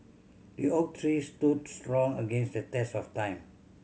the oak tree stood strong against the test of time